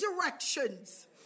directions